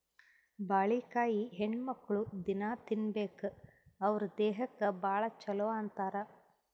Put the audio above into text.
ಬಾಳಿಕಾಯಿ ಹೆಣ್ಣುಮಕ್ಕ್ಳು ದಿನ್ನಾ ತಿನ್ಬೇಕ್ ಅವ್ರ್ ದೇಹಕ್ಕ್ ಭಾಳ್ ಛಲೋ ಅಂತಾರ್